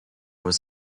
was